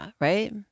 right